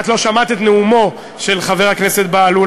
את לא שמעת את נאומו של חבר הכנסת בהלול,